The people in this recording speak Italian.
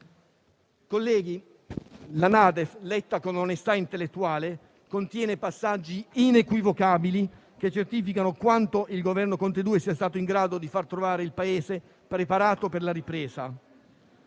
Colleghi, la NADEF, letta con onestà intellettuale, contiene passaggi inequivocabili che certificano quanto il Governo Conte II sia stato in grado di far trovare il Paese preparato per la ripresa.